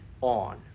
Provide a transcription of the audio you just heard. on